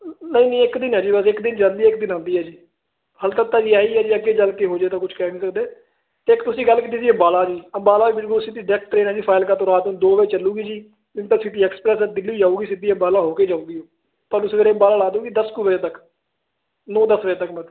ਨਹੀਂ ਨਹੀਂ ਇੱਕ ਦਿਨ ਹੈ ਜੀ ਬਸ ਇੱਕ ਦਿਨ ਜਾਂਦੀ ਇੱਕ ਦਿਨ ਆਉਂਦੀ ਹੈ ਜੀ ਹਾਲੇ ਤੱਕ ਤਾਂ ਵੀ ਇਹੀ ਹੈ ਜੀ ਅੱਗੇ ਚੱਲ ਕੇ ਹੋ ਜੇ ਤਾਂ ਕੁਝ ਕਹਿ ਨਹੀਂ ਸਕਦੇ ਇੱਕ ਤੁਸੀਂ ਗੱਲ ਕੀਤੀ ਸੀ ਅੰਬਾਲਾ ਦੀ ਅੰਬਾਲਾ ਬਿਲਕੁਲ ਸਿੱਧੀ ਡਰੈਕਟ ਟਰੇਨ ਹੈ ਜੀ ਫਾਜਿਲਕਾ ਤੋਂ ਰਾਤ ਨੂੰ ਦੋ ਵਜੇ ਚੱਲੂਗੀ ਜੀ ਇੰਟਰਸੀਟੀ ਐਕਸਪ੍ਰੈਸ ਹੈ ਦਿੱਲੀ ਜਾਊਗੀ ਸਿੱਧੀ ਅੰਬਾਲਾ ਹੋ ਕੇ ਜਾਊਗੀ ਤੁਹਾਨੂੰ ਸਵੇਰੇ ਅੰਬਾਲਾ ਲਾਹ ਦਊਗੀ ਦਸ ਕੁ ਵਜੇ ਤੱਕ ਨੌਂ ਦਸ ਵਜੇ ਤੱਕ